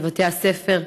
בבתי הספר,